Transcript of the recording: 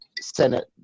Senate